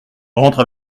rentre